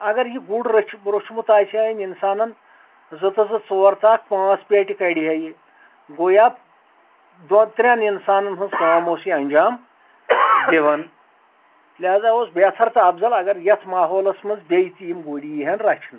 اگر یہِ گُر رٔچھِ روچھمُت آسہِ ہا أمۍ انسانن زٕ تہٕ زٕ ژور تہٕ اکھ پٲنٛژھ پیٹہِ کڑِہا یہِ گویا دۄن ترٛٮ۪ن انسانن ہٕنٛز کٲم اوس یہِ انجام دِوان لہذا اوس بہتر تہٕ افضل اگر یتھ ماحولس منٛز بیٚیہِ تہِ یِم گُرۍ یی ہن رچھنہٕ